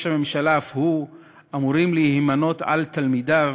הממשלה אף הוא אמורים להימנות על תלמידיו